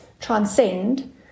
transcend